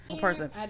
Person